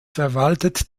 verwaltet